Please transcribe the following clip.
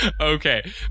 okay